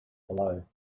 below